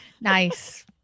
Nice